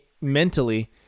mentally